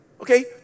Okay